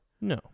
No